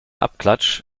abklatsch